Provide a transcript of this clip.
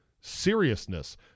seriousness